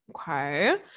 Okay